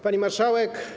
Pani Marszałek!